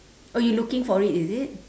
oh you looking for it is it